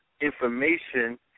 information